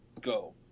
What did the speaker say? go